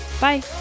Bye